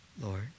Lord